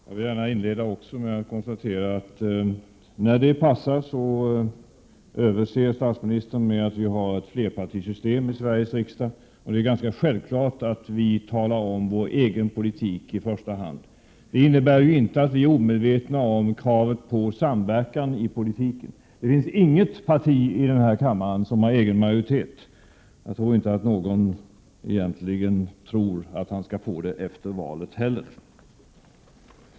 Herr talman! Jag vill också gärna inleda med att konstatera att statsministern när det passar överser med att Sveriges riksdag har ett flerpartisystem. Det är ganska självklart att vi i varje parti talar om vår egen politik i första hand. Det innebär inte att vi är omedvetna om kravet på samverkan i politiken. Det finns inget parti i denna kammare som har egen majoritet — det är nog ingen som egentligen tror att ett parti skall få det efter valet heller.